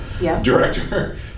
Director